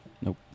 Nope